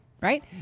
right